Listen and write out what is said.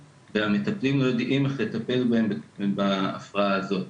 והמטפלים לא יודעים איך לטפל בהפרעה הזאת.